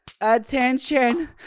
Attention